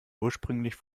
ursprünglich